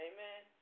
Amen